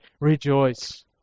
Rejoice